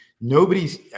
nobody's